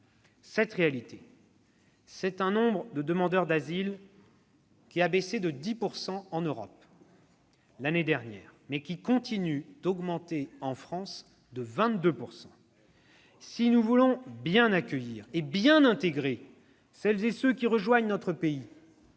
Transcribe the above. Cette réalité, c'est un nombre de demandeurs d'asile qui a baissé de 10 % en Europe l'année dernière, mais qui continue d'augmenter en France de 22 %.» Pourquoi ?« Si nous voulons bien accueillir et bien intégrer ceux qui rejoignent notre pays,